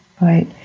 right